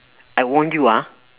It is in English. I warned you ah